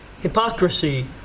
Hypocrisy